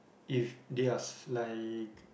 if they are like